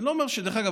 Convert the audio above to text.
דרך אגב,